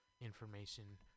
information